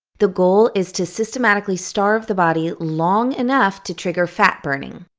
the goal is to systematically starve the body long enough to trigger fat burning.